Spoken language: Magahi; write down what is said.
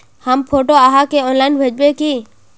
हम फोटो आहाँ के ऑनलाइन भेजबे की?